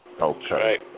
okay